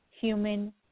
human